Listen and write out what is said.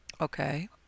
Okay